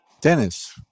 Dennis